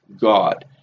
God